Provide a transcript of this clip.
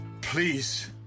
please